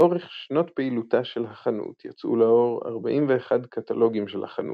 לאורך שנות פעילותה של החנות יצאו לאור 41 קטלוגים של החנות,